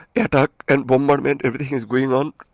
air attack and bombardment, everything is going on.